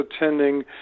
attending